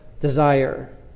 desire